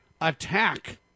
attack